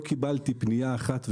לא קיבלתי פנייה אחת,